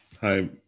hi